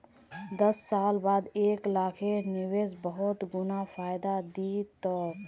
दस साल बाद एक लाखेर निवेश बहुत गुना फायदा दी तोक